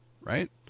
right